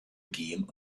gehen